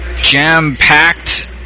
jam-packed